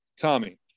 Tommy